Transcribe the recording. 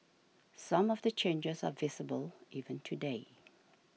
some of the changes are visible even today